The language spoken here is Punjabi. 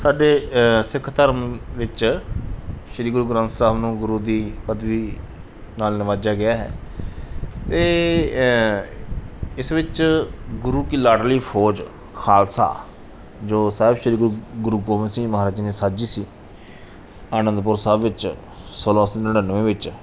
ਸਾਡੇ ਸਿੱਖ ਧਰਮ ਵਿੱਚ ਸ਼੍ਰੀ ਗੁਰੂ ਗ੍ਰੰਥ ਸਾਹਿਬ ਨੂੰ ਗੁਰੂ ਦੀ ਪਦਵੀ ਨਾਲ ਨਿਵਾਜਿਆ ਗਿਆ ਹੈ ਅਤੇ ਇਸ ਵਿੱਚ ਗੁਰੂ ਕੀ ਲਾਡਲੀ ਫੌਜ ਖਾਲਸਾ ਜੋ ਸਾਹਿਬ ਸ਼੍ਰੀ ਗੁਰੂ ਗੁਰੂ ਗੋਬਿੰਦ ਸਿੰਘ ਮਹਾਰਾਜ ਨੇ ਸਾਜੀ ਸੀ ਆਨੰਦਪੁਰ ਸਾਹਿਬ ਵਿੱਚ ਸੋਲ੍ਹਾਂ ਸੌ ਨੜਿਨਵੇਂ ਵਿੱਚ